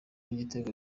ibitego